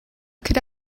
could